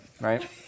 right